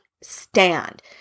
stand